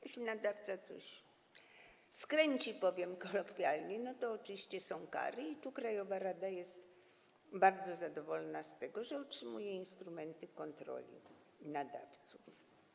Jeśli nadawca coś skręci, że tak powiem kolokwialnie, no to oczywiście są kary, i tu krajowa rada jest bardzo zadowolona z tego, że otrzymuje instrumenty kontroli w odniesieniu do nadawców.